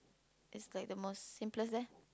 it's like the most simplest there